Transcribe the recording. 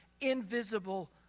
invisible